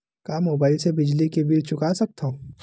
का मुबाइल ले बिजली के बिल चुका सकथव?